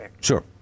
sure